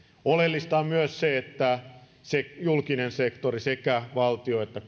oleellista on myös se että julkinen sektori sekä valtio että